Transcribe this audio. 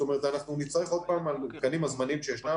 זאת אומרת אנחנו נהיה עוד פעם עם התקנים הזמניים שישנם.